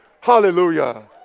Hallelujah